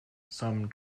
some